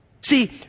See